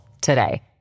today